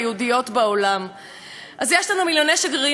אז יש לנו מיליוני שגרירים פוטנציאליים ברחבי העולם,